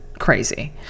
crazy